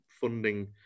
funding